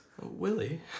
Willie